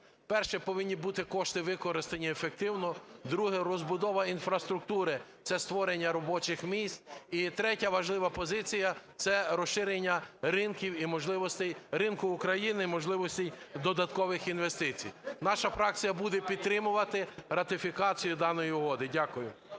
Перше: повинні бути кошти використані ефективно. Друге: розбудова інфраструктури – це створення робочих місць. І третя важлива позиція – це розширення ринків і можливостей… ринку України і можливостей додаткових інвестицій. Наша фракція буде підтримувати ратифікацію даної угоди. Дякую.